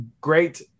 great